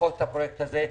צריכות את הפרויקט הזה.